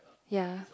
ya